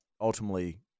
ultimately